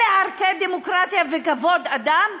אלה ערכי דמוקרטיה וכבוד אדם.